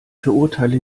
verurteile